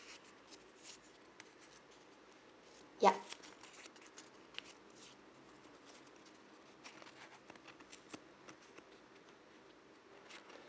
yup